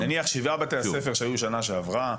נניח שבעה בתי הספר שהיו בשנה שעברה,